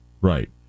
Right